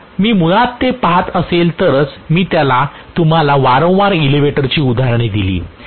जर मी मुळात ते पहात असेल तरच मी तुम्हाला वारंवार एलेवेटेर ची उदाहरणे दिली